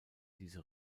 diese